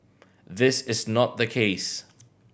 this is not the case